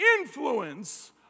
influence